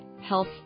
health